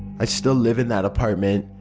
i still live in that apartment,